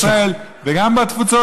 גם בארץ ישראל וגם בתפוצות?